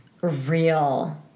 real